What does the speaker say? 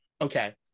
okay